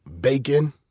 Bacon